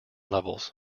levels